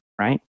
right